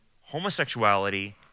homosexuality